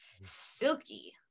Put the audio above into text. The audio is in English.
silky